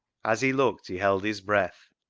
as he looked he held his breath.